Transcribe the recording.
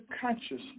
consciousness